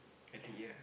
I_T_E ah